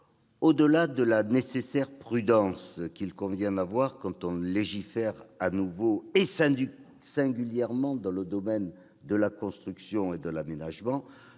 Au-delà de la nécessaire prudence qu'il convient d'observer quand on légifère à nouveau, singulièrement dans le domaine de la construction et de l'aménagement,